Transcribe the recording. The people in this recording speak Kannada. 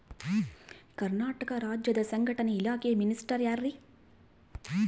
ಕರ್ನಾಟಕ ರಾಜ್ಯದ ಸಂಘಟನೆ ಇಲಾಖೆಯ ಮಿನಿಸ್ಟರ್ ಯಾರ್ರಿ?